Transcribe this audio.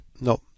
No